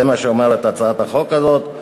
זה מה שאומרת הצעת החוק הזאת.